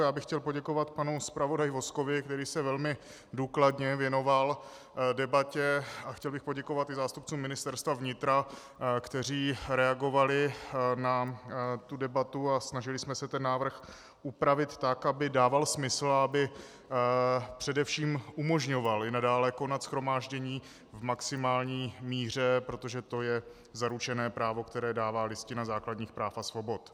Já bych chtěl poděkovat panu zpravodaji Vozkovi, který se velmi důkladně věnoval debatě, a chtěl bych poděkovat i zástupcům Ministerstva vnitra, kteří reagovali na tu debatu a snažili jsme se návrh upravit tak, aby dával smysl a aby především umožňoval i nadále konat shromáždění v maximální míře, protože to je zaručené právo, které dává Listina základních práv a svobod.